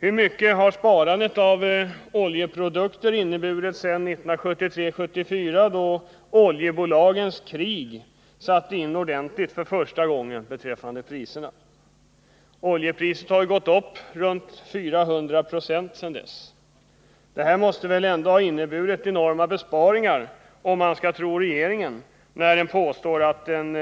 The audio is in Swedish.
Hur stort har sparandet varit när det gäller oljeprodukter sedan 1973-1974, då oljebolagens krig satte in ordentligt för första gången i fråga om priserna? Oljepriset har ju gått upp ca 400 26 sedan dess. Detta måste väl inneburit enorma besparingar, om man får tro regeringen, eftersom den påstår att en